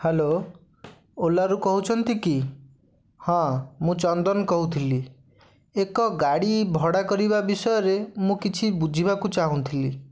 hello ଓଲାରୁ କହୁଛନ୍ତି କି ହଁ ମୁଁ ଚନ୍ଦନ କହୁଥିଲି ଏକ ଗାଡ଼ି ଭଡ଼ା କରିବା ବିଷୟରେ ମୁଁ କିଛି ବୁଝିବାକୁ ଚାହୁଁଥିଲି